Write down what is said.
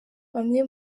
bamwe